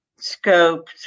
scoped